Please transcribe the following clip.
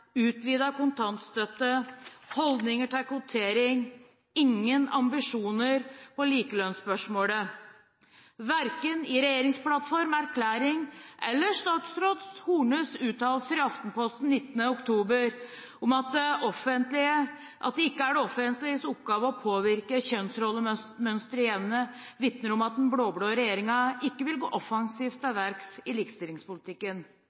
kontantstøtte, holdninger til kvotering og ingen ambisjoner i likelønnsspørsmålet. Verken regjeringsplattform, erklæring eller statsråd Hornes uttalelser i Aftenposten 19. oktober – at det ikke er det offentliges oppgave å påvirke kjønnsrollemønsteret i hjemmet – vitner om at den blå-blå regjeringen vil gå offensivt